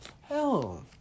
Hell